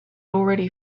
already